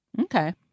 Okay